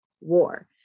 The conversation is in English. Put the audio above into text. war